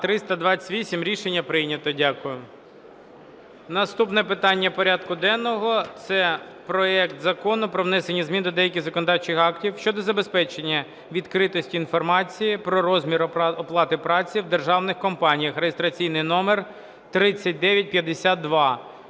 Наступне питання порядку денного – це проект Закону про внесення змін до деяких законодавчих актів щодо забезпечення відкритості інформації про розмір оплати праці в державних компаніях (реєстраційний номер 3952).